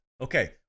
okay